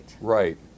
Right